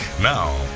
Now